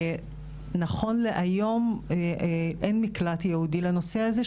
נכון להיום אין מקלט ייעודי לנושא הזה,